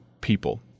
people